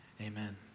Amen